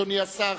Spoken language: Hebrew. אדוני השר,